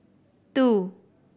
two